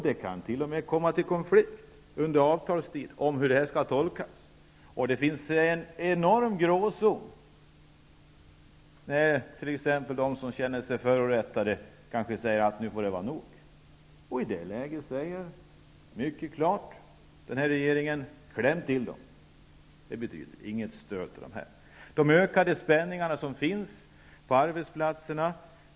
Det kan t.o.m. bli konflikt om tolkningen under avtalstid. Det finns en enorm gråzon av människor som känner sig förorättade och som säger att det nu får vara nog. I ett sådant läge säger nuvarande regering mycket klart: Kläm till dem, dvs. dessa människor får inte något stöd. Det finns ökande spänningar på arbetsplatserna.